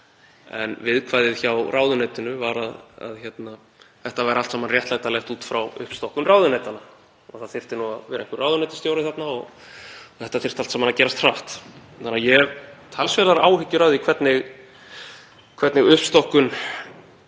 En viðkvæðið hjá ráðuneytinu var að þetta væri allt saman réttlætanlegt út frá uppstokkun ráðuneytanna og það þyrftu nú að vera einhverjir ráðuneytisstjórar þarna og þetta þyrfti allt saman að gerast hratt. Ég hef því talsverðar áhyggjur af því hvernig uppstokkun